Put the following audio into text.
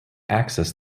access